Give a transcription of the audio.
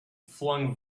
flung